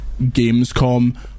Gamescom